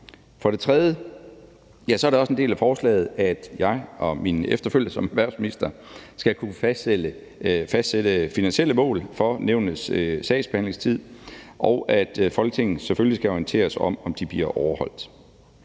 For det tredje er det også en del af forslaget, at jeg og mine efterfølgere som erhvervsminister skal kunne fastsætte finansielle mål for nævnenes sagsbehandlingstid, og at Folketinget selvfølgelig skal orienteres om, om de bliver overholdt.